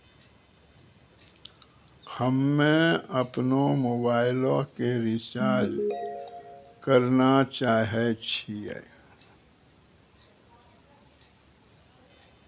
हम्मे अपनो मोबाइलो के रिचार्ज करना चाहै छिये